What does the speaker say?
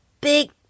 big